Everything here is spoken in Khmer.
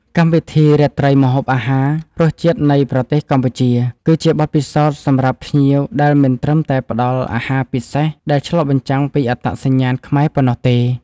កម្មវិធីរាត្រីម្ហូបអាហារ “រសជាតិនៃប្រទេសកម្ពុជា” គឺជាបទពិសោធន៍សម្រាប់ភ្ញៀវដែលមិនត្រឹមតែផ្តល់ អាហារពិសេសដែលឆ្លុះបញ្ចាំងពីអត្តសញ្ញាណខ្មែរប៉ុណ្ណោះទេ